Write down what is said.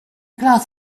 glass